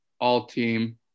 all-team